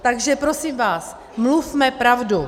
Takže prosím vás, mluvme pravdu.